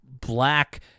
black